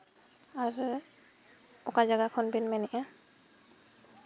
ᱟᱨ ᱚᱠᱟ ᱡᱟᱭᱜᱟ ᱠᱷᱚᱱ ᱵᱤᱱ ᱢᱮᱱᱮᱜᱼᱟ